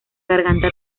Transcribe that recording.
garganta